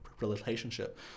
relationship